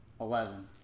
Eleven